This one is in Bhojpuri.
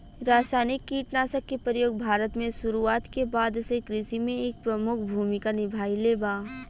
रासायनिक कीटनाशक के प्रयोग भारत में शुरुआत के बाद से कृषि में एक प्रमुख भूमिका निभाइले बा